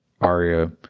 Aria